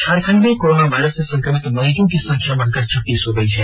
झारखण्ड में corona virus से संक्रमित मरीजों की संख्या बढ़कर छत्तीस हो गई है